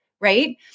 right